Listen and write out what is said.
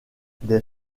des